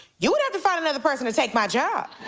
you would have to find another person to take my job.